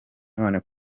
none